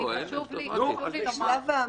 נו, אז נשמע.